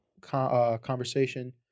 conversation